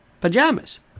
pajamas